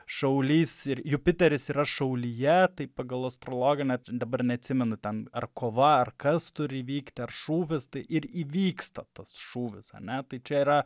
šaulys ir jupiteris yra šaulyje tai pagal astrologiją bet dabar neatsimenu ten ar kova ar kas turi įvykti ar šūvis tai ir įvyksta tas šūvis ar ne tai čia yra